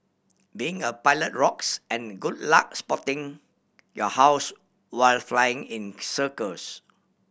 being a pilot rocks and good luck spotting your house while flying in circles